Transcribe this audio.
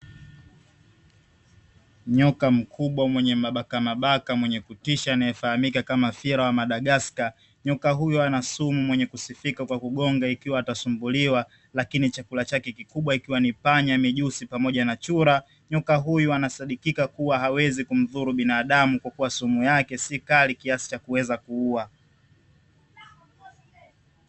Nyoka mkubwa mwenye mabakamabaka mwenye kutisha anayefahamika kama fiela wa Madagaska, nyoka huyu ana sumu mwenye kusifika kwa kugonga ikiwa atasumbuliwa, lakini chakula kikubwa ikiwa ni panya, mijusi pamoja na chura. Nyoka huyu anasadikika kuwa hawezi kumdhuru binadamu, kwa kuwa sumu yake si kali kiasi cha kuweza kuua.